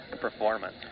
performance